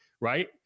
right